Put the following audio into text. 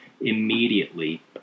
immediately